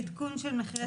עדכון של מחירי ספקים.